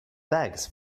bags